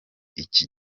iki